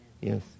Yes